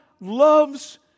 loves